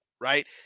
right